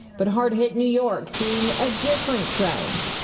but hard hit new york seeing a different trend.